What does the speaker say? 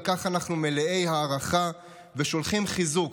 על כך אנחנו מלאי הערכה ושולחים חיזוק